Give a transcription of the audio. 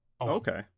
Okay